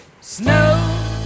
snow